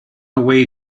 away